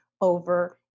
over